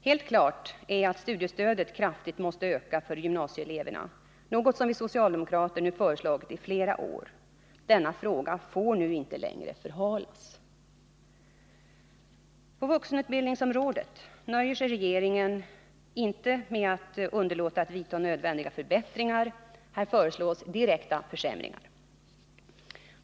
Helt klart är att studiestödet till gymnasieeleverna måste ökas kraftigt, något som vi socialdemokrater nu föreslagit i flera år. Denna fråga får inte förhalas längre. På vuxenutbildningsområdet nöjer sig inte regeringen med att underlåta att vidta nödvändiga förbättringar. Här föreslås direkta försämringar.